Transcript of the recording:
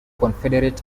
confederate